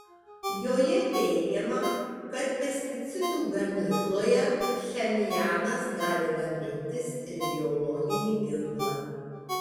joje teigiama kad pesticidų gamykloje pchenjanas gali gamintis ir biologinį ginklą